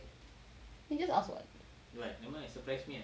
you can just ask [what]